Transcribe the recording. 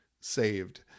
saved